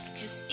Cause